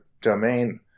domain